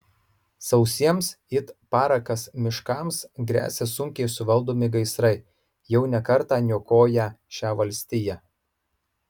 sausiems it parakas miškams gresia sunkiai suvaldomi gaisrai jau ne kartą niokoję šią valstiją